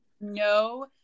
No